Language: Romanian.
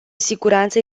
siguranță